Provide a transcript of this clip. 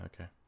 Okay